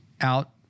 out